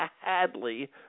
Hadley